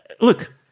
look